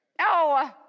No